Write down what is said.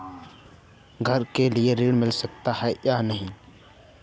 घर के लिए ऋण मिल सकता है या नहीं?